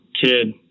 kid